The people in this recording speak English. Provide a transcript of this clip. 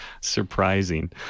Surprising